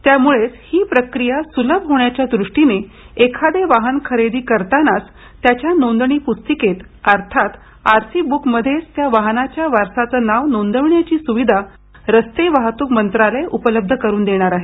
त्यामुळेच ही प्रक्रिया सुलभ होण्याच्या दृष्टीने एखादे वाहन खरेदी करतानाच त्याच्या नोंदणी पुस्तिकेत अर्थात आर सी टीसी बुक मध्येच त्या वाहनाच्या वारसाचं नाव नोंदवण्याची सुविधा रस्ते वाहतूक मंत्रालय उपलब्ध करून देणार आहे